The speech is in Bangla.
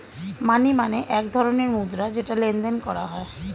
মানি মানে এক ধরণের মুদ্রা যেটা লেনদেন করা হয়